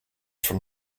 from